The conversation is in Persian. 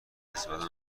استفاده